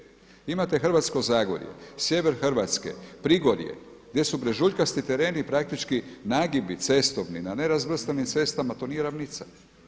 Imate Hrvatsko zagorje, sjever Hrvatske, Prigorje gdje su brežuljkasti tereni praktički, nagibi cestovni na nerazvrstanim cestama to nije ravnica.